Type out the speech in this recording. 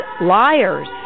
liars